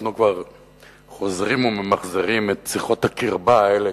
אנחנו כבר חוזרים וממחזרים את שיחות הקרבה האלה,